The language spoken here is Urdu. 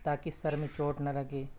تاکہ سر میں چوٹ نہ لگے